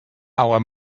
our